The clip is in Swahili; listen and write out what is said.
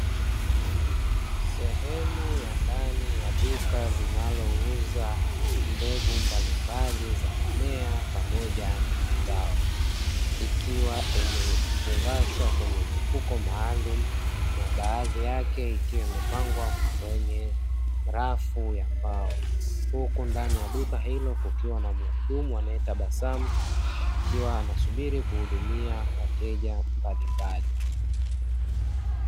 Sehemu ya ndani ya duka linalouza mbegu mbalimbali za mimea pamoja na mazao. Ikiwa imefungashwa kwenye mifuko maalumu na baadhi yake ikiwa imepangwa kwenye rafu za mbao. Huku ndani ya duka hilo kukiwa na mhudumu anayetabasamu akiwa anasubiri kuhudumia wateja mbalimbali.